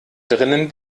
drinnen